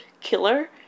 killer